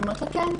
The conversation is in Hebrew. היא אמרה לה: כן.